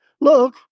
Look